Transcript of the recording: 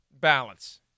balance